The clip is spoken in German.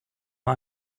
nur